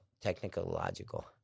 technological